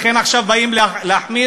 לכן עכשיו באים להחמיר?